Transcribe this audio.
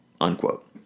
unquote